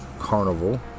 carnival